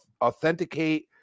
authenticate